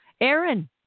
Aaron